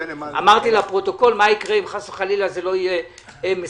אמרתי לפרוטוקול מה יקרה אם חלילה זה לא יהיה מסודר.